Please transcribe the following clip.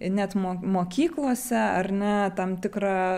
net mo mokyklose ar ne tam tikrą